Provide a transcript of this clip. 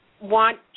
want